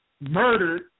murdered